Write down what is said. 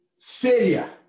failure